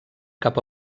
cap